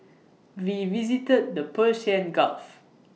we visited the Persian gulf